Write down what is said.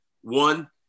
One